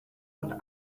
und